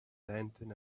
lantern